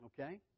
okay